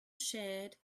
shared